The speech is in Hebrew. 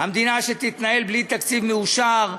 המדינה תתנהל בלי תקציב מאושר,